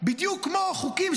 בדיוק כמו החוקים,